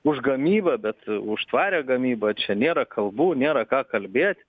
už gamybą bet už tvarią gamybą čia nėra kalbų nėra ką kalbėt